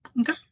Okay